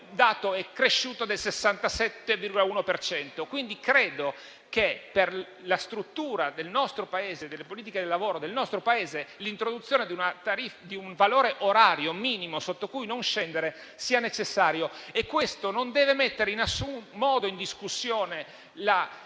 Credo quindi che per la struttura del nostro Paese e delle politiche del lavoro del nostro Paese l'introduzione di un valore orario minimo sotto cui non scendere sia necessaria e questo non deve mettere in nessun modo in discussione la